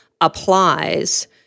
applies